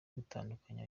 gutandukanya